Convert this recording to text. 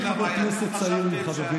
אני חבר כנסת צעיר ממך בוותק,